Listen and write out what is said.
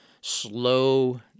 slow